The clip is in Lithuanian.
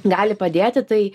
gali padėti tai